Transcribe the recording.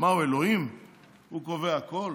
רוב הדברים סגרנו במשא ומתן הראשוני עם יושב-ראש הכנסת.